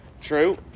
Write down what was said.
true